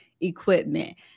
equipment